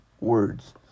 words